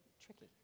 tricky